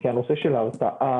כי הנושא של ההרתעה,